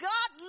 God